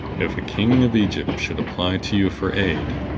if a king of egypt should apply to you for aid,